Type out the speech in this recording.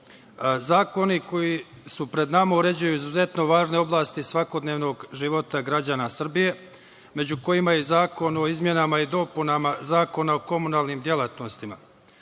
zakoni koji su pred nama uređuju izuzetno važne oblasti iz svakodnevnog života građana Srbije, među kojima je Zakon o izmenama i dopunama Zakona o komunalnim delatnostima. Predložena